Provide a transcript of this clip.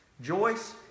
Joyce